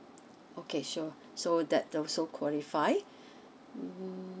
okay sure so that's also qualifies mm